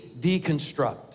deconstruct